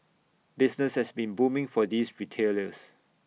business has been booming for these retailers